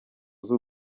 z’u